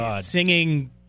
singing